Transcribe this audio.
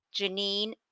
Janine